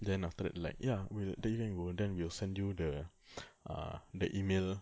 then after that like ya we'll then you can go then we'll send you the uh the email